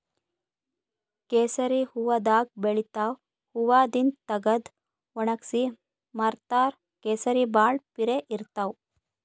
ಕೇಸರಿ ಹೂವಾದಾಗ್ ಬೆಳಿತಾವ್ ಹೂವಾದಿಂದ್ ತಗದು ವಣಗ್ಸಿ ಮಾರ್ತಾರ್ ಕೇಸರಿ ಭಾಳ್ ಪಿರೆ ಇರ್ತವ್